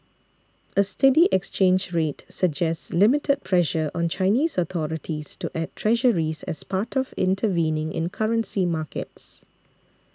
a steady exchange rate suggests limited pressure on Chinese authorities to add Treasuries as part of intervening in currency markets